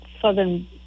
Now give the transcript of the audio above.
Southern